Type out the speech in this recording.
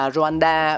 Rwanda